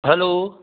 hello